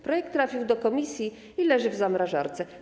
Projekt trafił do komisji i leży w zamrażarce.